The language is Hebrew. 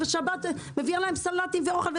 בשבת מביאה להם סלטים ואוכל,